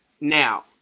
Now